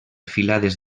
filades